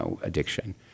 addiction